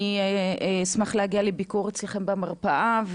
אני אשמח להגיע לביקור אצלכם במרפאה,